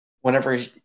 whenever